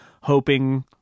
hoping